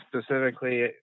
specifically